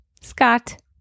Scott